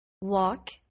Walk